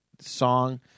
song